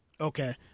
Okay